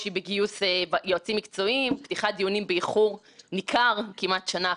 ציבורי רחב על האובדן הכבד לציבור בשל כך שלא תהיה בכנסת הבאה,